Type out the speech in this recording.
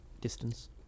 distance